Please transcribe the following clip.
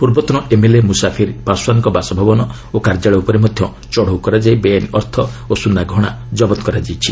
ପୂର୍ବତନ ଏମ୍ଏଲ୍ଏ ମୁସାଫିର ପାଶ୍ୱାନଙ୍କ ବାସଭବନ ଓ କାର୍ଯ୍ୟାଳୟ ଉପରେ ମଧ୍ୟ ଚଢ଼ଉ କରାଯାଇ ବେଆଇନ ଅର୍ଥ ଓ ସ୍ତନା ଗହଣା ଜବତ କରାଯାଇଛି